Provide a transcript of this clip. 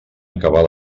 acabar